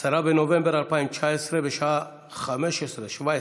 10 בנובמבר 2019, בשעה 17:00,